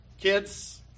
Kids